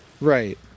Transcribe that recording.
Right